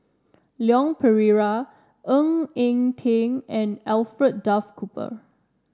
Leon Perera Ng Eng Teng and Alfred Duff Cooper